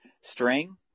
string